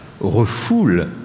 refoule